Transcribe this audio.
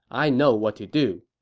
i know what to do.